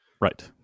Right